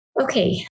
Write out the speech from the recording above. Okay